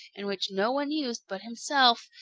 and which no one used but himself,